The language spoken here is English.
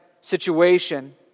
situation